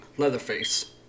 Leatherface